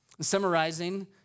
Summarizing